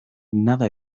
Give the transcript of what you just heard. nada